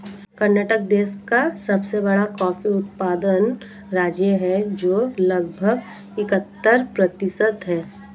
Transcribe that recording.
कर्नाटक देश का सबसे बड़ा कॉफी उत्पादन राज्य है, जो लगभग इकहत्तर प्रतिशत है